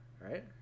Right